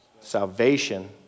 Salvation